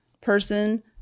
person